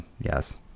Yes